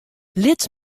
lit